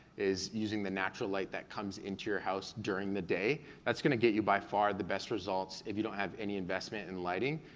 is using the natural light that comes into your house during the day, that's gonna get you by far the best results if you don't have any investment in lighting.